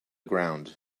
ground